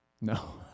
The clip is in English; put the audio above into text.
No